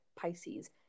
Pisces